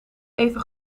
even